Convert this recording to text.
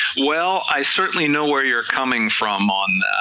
well, i certainly know where you're coming from on